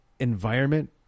Environment